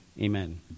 amen